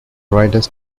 riders